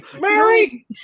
Mary